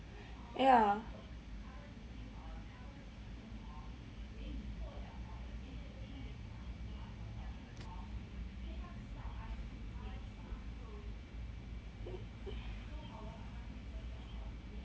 ya